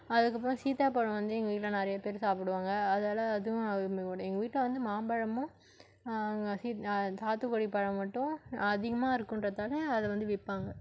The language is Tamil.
அதுக்கப்புறம் சீத்தாப்பழம் வந்து எங்கள் வீட்டில் நிறையா பேர் சாப்பிடுவாங்க அதெல்லாம் எதுவும் எங்கள் வீட்டில் வந்து மாம்பழமும் சீத் சாத்துக்குடி பழம் மட்டும் அதிகமாக இருக்குகிறதால அது வந்து விற்பாங்க